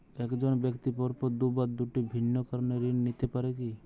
এক জন ব্যক্তি পরপর দুবার দুটি ভিন্ন কারণে ঋণ নিতে পারে কী?